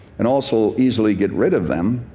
and also easily get rid of them.